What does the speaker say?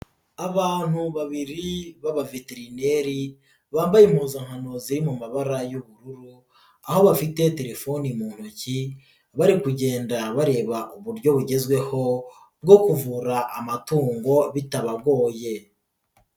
Abantu babiri b'abaveterineri bambaye impuzankano ziri mu mabara y'ubururu, aho bafite telefoni mu ntoki bari kugenda bareba uburyo bugezweho bwo kuvura amatungo bitabagoye.